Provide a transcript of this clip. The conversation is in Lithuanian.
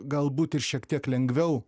galbūt ir šiek tiek lengviau